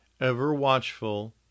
ever-watchful